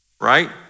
right